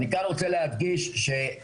אני כאן רוצה להדגיש שבחנו,